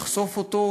לחשוף אותו,